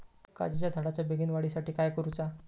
काजीच्या झाडाच्या बेगीन वाढी साठी काय करूचा?